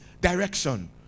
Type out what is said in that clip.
direction